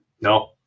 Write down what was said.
no